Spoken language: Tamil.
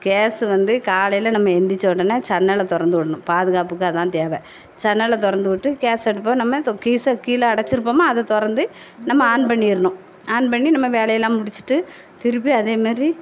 கேஸ்ஸு வந்து காலையில் நம்ம எந்திரிச்ச உடனே ஜன்னலை திறந்து விட்ணும் பாதுகாப்புக்கு அதுதான் தேவை ஜன்னலை திறந்து விட்டு கேஸ் அடுப்பை நம்ம தோ கீச கீழே அடைச்சிருப்போமா அதை திறந்து நம்ம ஆன் பண்ணிடணும் ஆன் பண்ணி நம்ம வேலையெல்லாம் முடிச்சிட்டு திருப்பி அதே மாதிரி